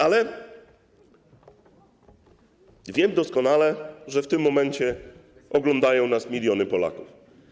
Ale wiem doskonale, że w tym momencie oglądają nas miliony Polaków.